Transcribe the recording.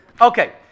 Okay